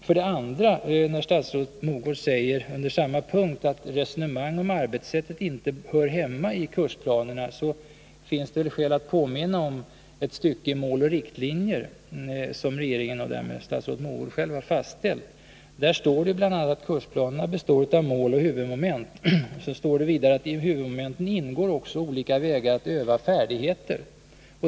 För det andra, när statsrådet Mogård säger, under samma punkt, att resonemang om arbetssättet inte hör hemma i kursplanerna, så finns det skäl att påminna om ett stycke i Mål och riktlinjer, som regeringen och därmed statsrådet Mogård själv har fastställt. Där står bl.a. att kursplanerna består av mål och huvudmoment. Där står vidare att i huvudmomenten ingår också olika vägar att öva färdigheter.